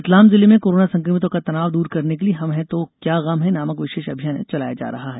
रतलाम जिले में कोरोना संक्रमितों का तनाव दूर करने के लिए हम है तो क्या गम है नामक विशेष अभियान चलाया जा रहा है